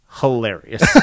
Hilarious